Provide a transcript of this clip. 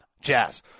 Jazz